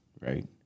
right